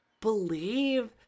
believe